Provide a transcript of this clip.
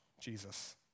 Jesus